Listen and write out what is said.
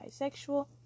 bisexual